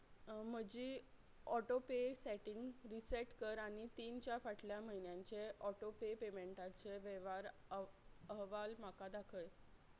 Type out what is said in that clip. म्हजी autopay setting reset कर आनी तीनच्या फाटल्या म्हयन्यांचे ऑटोपे पेमॅंटाचे वेव्हार अहवाल म्हाका दाखय